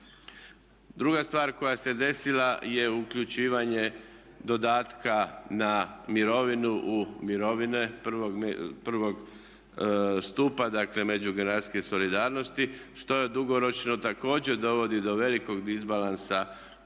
Druga stvar koja se je desila je uključivanje dodatka na mirovinu u mirovine prvog stupa međugeneracijske solidarnosti što je dugoročno također dovodi do velikog disbalansa u